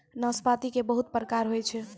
नाशपाती के बहुत प्रकार होय छै